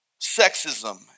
Sexism